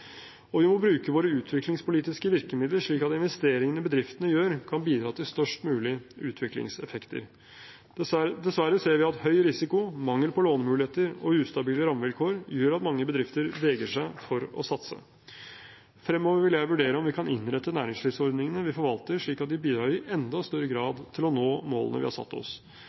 Og vi må bruke våre utviklingspolitiske virkemidler slik at investeringene bedriftene gjør, kan bidra til størst mulig utviklingseffekter. Dessverre ser vi at høy risiko, mangel på lånemuligheter og ustabile rammevilkår gjør at mange bedrifter vegrer seg for å satse. Fremover vil jeg vurdere om vi kan innrette næringslivsordningene vi forvalter, slik at de bidrar i enda større grad til å nå målene vi har satt oss.